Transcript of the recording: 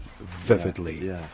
vividly